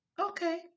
Okay